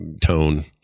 tone